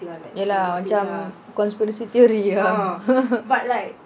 ya lah macam conspiracy theory lah